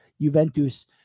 Juventus